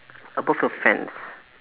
above the fence